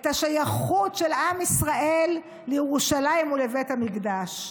את השייכות של עם ישראל לירושלים ולבית המקדש.